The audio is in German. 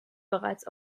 bereits